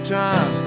time